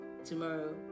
tomorrow